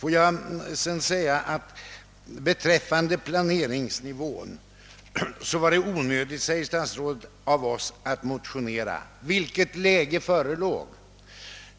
Statsrådet säger vidare, att det var onödigt av oss att motionera beträffande planeringsnivån. Men vilket läge förelåg?